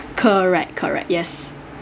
correct correct yes